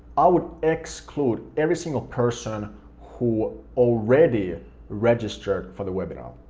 i would exclude every single person who already registered for the webinar.